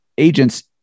Agents